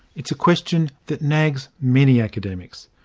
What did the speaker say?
it is a question that nags many academics.